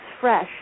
fresh